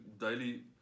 daily